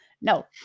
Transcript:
No